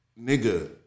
Nigga